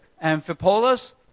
Amphipolis